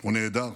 או נעדר.